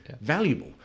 valuable